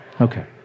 Okay